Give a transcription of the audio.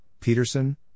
Peterson